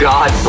God